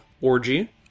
orgy